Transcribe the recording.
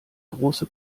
große